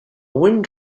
wind